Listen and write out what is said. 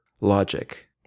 Logic